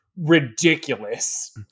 ridiculous